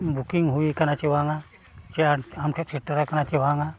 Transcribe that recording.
ᱦᱩᱭ ᱟᱠᱟᱱᱟ ᱪᱮ ᱵᱟᱝᱟ ᱪᱮ ᱟᱢ ᱟᱢ ᱴᱷᱮᱡ ᱥᱮᱴᱮᱨ ᱟᱠᱟᱱᱟ ᱥᱮ ᱵᱟᱝᱟ